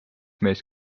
mees